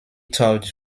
toured